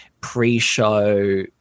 pre-show